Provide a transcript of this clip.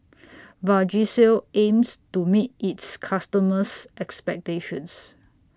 Vagisil aims to meet its customers' expectations